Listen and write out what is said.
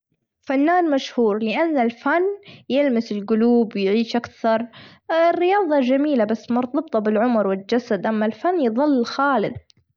فنان مشهور لأن الفن يلمس الجلوب، ويعيش أكثر، الرياظة جميلة بس مرتبطة بالعمر، والجسد، أما الفن يظل خالد.